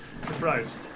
Surprise